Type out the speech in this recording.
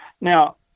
now